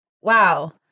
wow